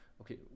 okay